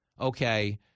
okay